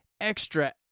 extra